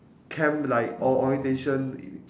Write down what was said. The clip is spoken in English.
camp like or~ orientation